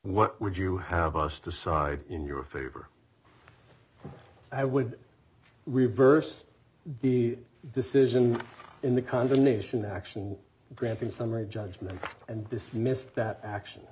what would you have us decide in your favor i would reverse the decision in the condemnation actual granting summary judgment and dismissed that action